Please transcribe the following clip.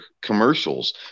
commercials